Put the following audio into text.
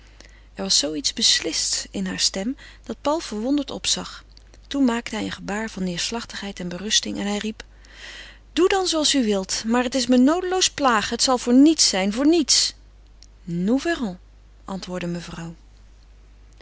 er was zoo iets beslists in haar stem dat paul verwonderd opzag toen maakte hij een gebaar van neêrslachtigheid en berusting en hij riep doe dan zooals u wilt maar het is me noodeloos plagen het zal voor niets zijn voor niets nous verrons antwoordde mevrouw